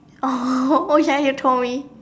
oh oh ya you told me